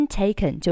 taken